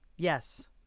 Yes